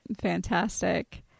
Fantastic